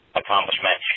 accomplishment